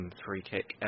three-kick